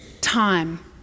time